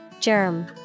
Germ